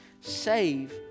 save